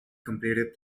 completed